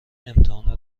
امتحان